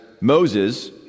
Moses